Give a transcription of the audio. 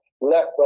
left